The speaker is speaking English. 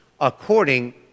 according